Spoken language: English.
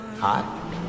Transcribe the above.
hot